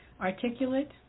Articulate